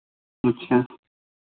अच्छा